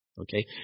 Okay